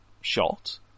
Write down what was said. shot